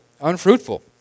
Unfruitful